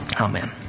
Amen